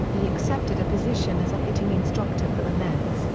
he accepted a position as a hitting instructor for the mets,